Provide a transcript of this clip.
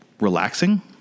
relaxing